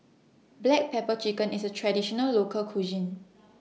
Black Pepper Chicken IS A Traditional Local Cuisine